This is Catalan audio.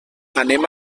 anem